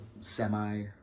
Semi